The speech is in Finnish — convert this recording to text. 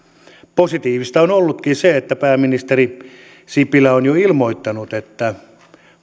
positiivista on ollutkin se että pääministeri sipilä on jo ilmoittanut että